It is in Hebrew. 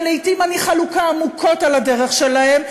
ולעתים אני חלוקה עמוקות על הדרך שלהם,